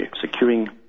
Securing